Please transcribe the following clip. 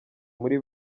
muri